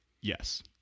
yes